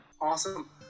Awesome